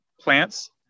plants